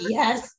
Yes